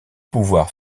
pouvoir